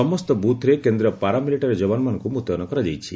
ସମସ୍ତ ବୁଥ୍ରେ କେନ୍ଦ୍ରୀୟ ପାରାମିଲିଟାରୀ ଯବାନମାନଙ୍କୁ ମୁତୟନ କରାଯାଇଛି